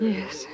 Yes